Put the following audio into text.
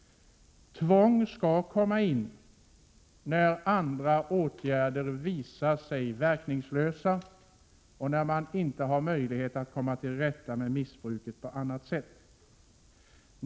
Tvång skall man ta till när andra åtgärder visar sig vara verkningslösa och när det inte är möjligt att komma till rätta med missbruket på annat sätt.